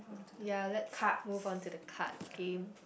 ya let's move on to the card game